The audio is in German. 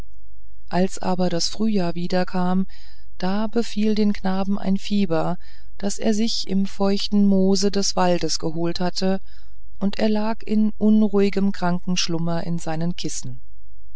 als aber das frühjahr wiederkam da befiel den knaben ein fieber das er sich im feuchten moose des waldes geholt hatte und er lag in unruhigem krankenschlummer in seinen kissen